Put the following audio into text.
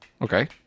Okay